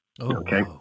okay